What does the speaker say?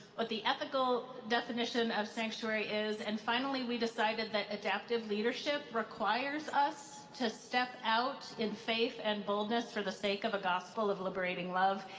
what the ethical definition of sanctuary is, and finally we decided that adaptive leadership requires us to step out in faith and boldness for the sake of a gospel of liberating love,